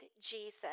Jesus